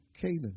Canaan